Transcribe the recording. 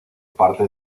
parte